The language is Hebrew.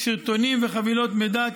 סרטונים וחבילות מידע,